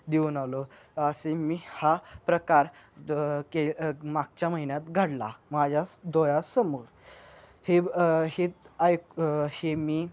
देऊन आलो असे मी हा प्रकार द के मागच्या महिन्यात घडला माझ्या डोळ्यासमोर हे हे एक हे मी